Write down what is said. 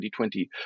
2020